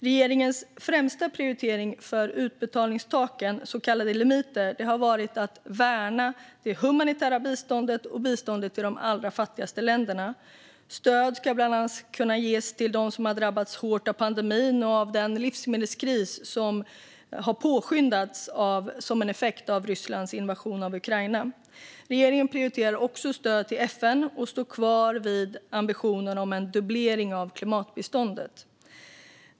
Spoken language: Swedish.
Regeringens främsta prioritering för utbetalningstaken, så kallade limiter, har varit att värna det humanitära biståndet och biståndet till de allra fattigaste länderna. Stöd ska bland annat kunna ges till dem som har drabbats hårt av pandemin och av den livsmedelskris som har påskyndats som en effekt av Rysslands invasion av Ukraina. Regeringen prioriterar också stöd till FN och står kvar vid ambitionen om en dubblering av klimatbiståndet.